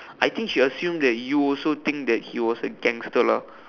I think she assume that you also think that he was a gangster lah